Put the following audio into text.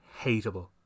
hateable